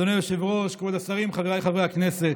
אדוני היושב-ראש, כבוד השרים, חבריי חברי הכנסת,